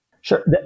Sure